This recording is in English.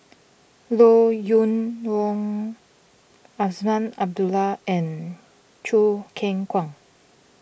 Loo you Yong Azman Abdullah and Choo Keng Kwang